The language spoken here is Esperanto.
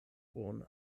bone